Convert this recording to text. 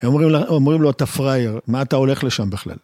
אומרים לו אתה פראייר, מה אתה הולך לשם בכלל?